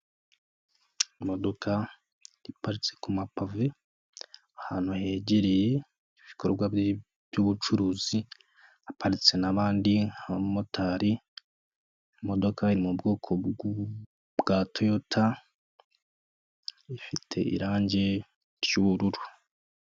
Imodoka iparitse ku mapave, ahantu hegereye ibikorwa by'ubucuruzi, haparitse n'abandi nk'abamotari, imodoka iri mu bwoko bwa Toyota, ifite irangi ry'ubururu.